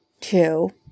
two